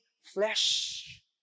flesh